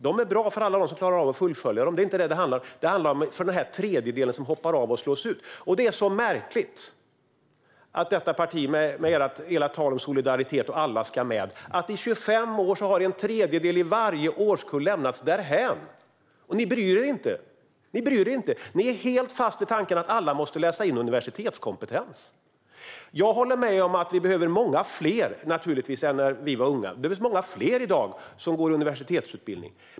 De är bra för alla dem som klarar av att fullfölja dem; det är inte detta det handlar om. Det handlar om den tredjedel som hoppar av och slås ut. Det är så märkligt att med detta parti och ert tal om solidaritet och att alla ska med har i 25 år en tredjedel av varje årskull lämnats därhän. Och ni bryr er inte. Ni är helt fast i tanken att alla måste läsa in universitetskompetens. Jag håller med om att vi behöver många fler än när vi var unga. Det behövs naturligtvis många fler i dag som går universitetsutbildning.